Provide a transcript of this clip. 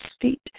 feet